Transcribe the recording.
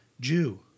Jew